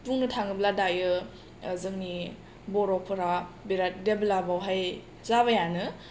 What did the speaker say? बुंनो थाङोब्ला दायो जोंनि बर'फोरा बिराद डेभेलप आवहाय जाबायानो